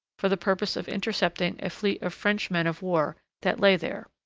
for the purpose of intercepting a fleet of french men of war that lay there.